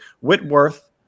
Whitworth